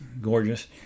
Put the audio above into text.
gorgeous